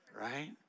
Right